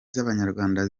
z’abanyarwanda